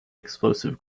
explosive